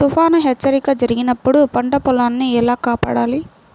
తుఫాను హెచ్చరిక జరిపినప్పుడు పంట పొలాన్ని ఎలా కాపాడాలి?